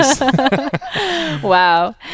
Wow